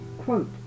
Quote